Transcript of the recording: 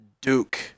Duke